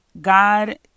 God